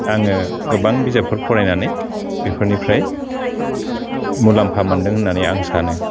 आङो गोबां बिजाबफोर फरायनानै बिफोरनिफ्राय मुलाम्फा मोन्दों होन्नानै आं सानो